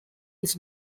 his